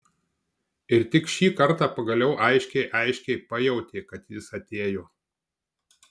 ir tik šį kartą pagaliau aiškiai aiškiai pajautė kad jis atėjo